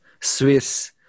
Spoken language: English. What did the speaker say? Swiss